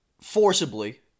Forcibly